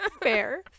fair